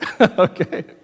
okay